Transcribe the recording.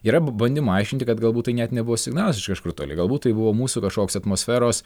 yra bandymų aiškinti kad galbūt tai net nebuvo signalas iš kažkur toli galbūt tai buvo mūsų kažkoks atmosferos